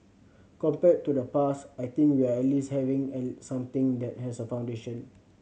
compared to the past I think we are at least having something that has a foundation